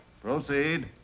Proceed